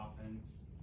offense